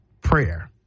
prayer